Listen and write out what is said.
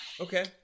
Okay